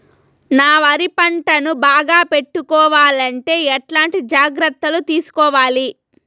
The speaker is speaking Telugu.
నా వరి పంటను బాగా పెట్టుకోవాలంటే ఎట్లాంటి జాగ్రత్త లు తీసుకోవాలి?